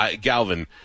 Galvin